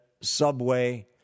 subway